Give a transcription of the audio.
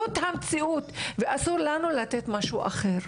זאת המציאות ואסור לנו לתת משהו אחר,